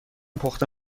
پخته